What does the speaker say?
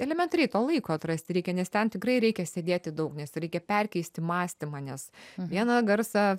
elementariai to laiko atrasti reikia nes ten tikrai reikia sėdėti daug nes reikia perkeisti mąstymą nes vieną garsą